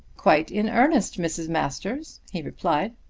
quite in earnest, mrs. masters, he replied.